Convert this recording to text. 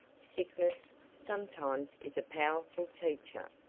sickness, sometimes is a powerful teacher,